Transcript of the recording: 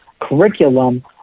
curriculum